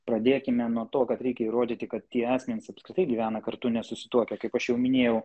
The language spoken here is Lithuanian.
pradėkime nuo to kad reikia įrodyti kad tie asmenys apskritai gyvena kartu nesusituokę kaip aš jau minėjau